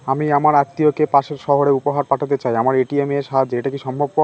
আমি আমার আত্মিয়কে পাশের সহরে উপহার পাঠাতে চাই আমার এ.টি.এম এর সাহায্যে এটাকি সম্ভবপর?